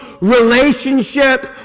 relationship